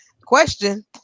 Question